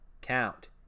count